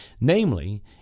namely